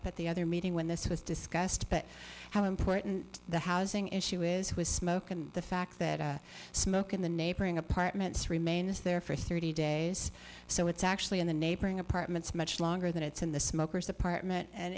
up at the other meeting when this was discussed but how important the housing issue is with smoke and the fact that smoke in the neighboring apartments remains there for thirty days so it's actually in the neighboring apartments much longer than it's in the smokers apartment and